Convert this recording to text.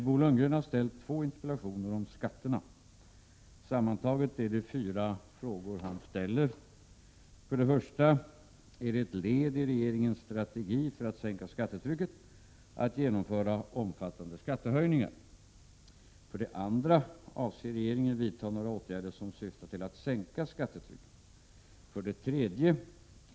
Bo Lundgren har ställt två interpellationer om skatterna. Sammantaget är det fyra frågor han ställer: Är det ett led i regeringens strategi för att sänka skattetrycket att genomföra omfattande skattehöjningar? 2. Avser regeringen vidta några åtgärder som syftar till att sänka skattetrycket? 3.